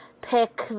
pick